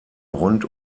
rund